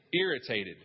irritated